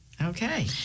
okay